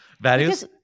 Values